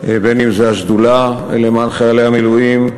בין אם זה השדולה למען חיילי המילואים,